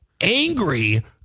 angry